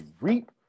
reap